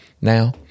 now